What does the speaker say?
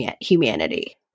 humanity